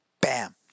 bam